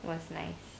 that was nice